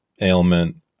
ailment